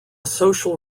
social